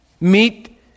Meet